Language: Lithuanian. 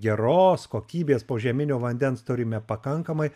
geros kokybės požeminio vandens turime pakankamai